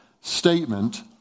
statement